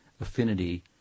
affinity